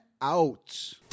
out